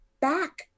back